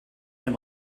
him